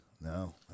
No